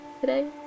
today